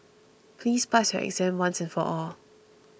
please pass your exam once and for all